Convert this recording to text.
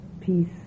peace